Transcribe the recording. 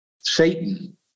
Satan